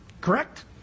Correct